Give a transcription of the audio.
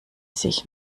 sich